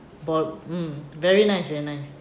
bo~ mm very nice very nice